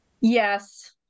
Yes